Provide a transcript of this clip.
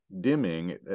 dimming